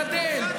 לגדל,